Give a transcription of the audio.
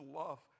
love